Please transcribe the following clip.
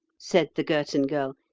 said the girton girl,